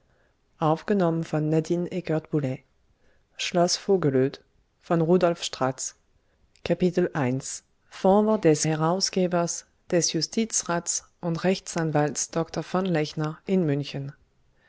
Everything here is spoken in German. vorwort des herausgebers des justizrats und rechtsanwalts dr von lechner in münchen